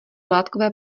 látkové